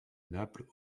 naples